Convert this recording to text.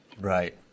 Right